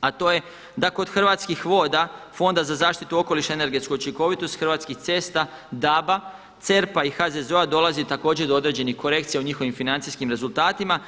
a to je da kod Hrvatskih voda, Fonda za zaštitu okoliša i energetsku učinkovitost, Hrvatskih cesta, DAB-a, CERP-a i HZZO-a dolazi također do određenih korekcija u njihovim financijskim rezultatima.